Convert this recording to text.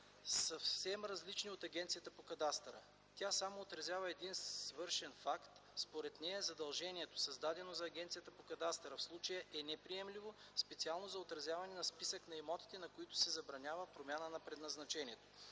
съвсем различни от Агенцията по кадастъра. Тя само отразява един свършен факт. Според нея задължението, създадено за Агенцията по кадастъра, в случая е неприемливо, специално за отразяване на списък на имотите, на които се забранява промяна на предназначението.